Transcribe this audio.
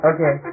Okay